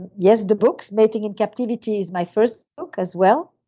yes, the books, mating in captivity, is my first book as well.